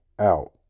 out